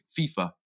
FIFA